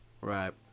Right